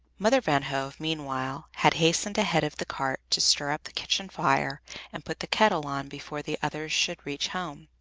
mother van hove, meanwhile, had hastened ahead of the cart to stir up the kitchen fire and put the kettle on before the others should reach home,